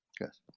yes